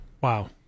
Wow